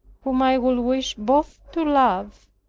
whom i would wish both to love,